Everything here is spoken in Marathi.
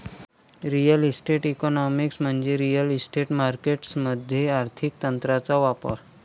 रिअल इस्टेट इकॉनॉमिक्स म्हणजे रिअल इस्टेट मार्केटस मध्ये आर्थिक तंत्रांचा वापर